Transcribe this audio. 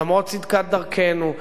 למרות צדקת דרכנו,